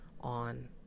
on